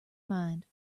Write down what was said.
mind